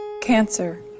Cancer